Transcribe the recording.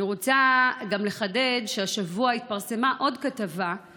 אני רק יודע שמצבו של שוק התעסוקה במדינת ישראל נותר יציב.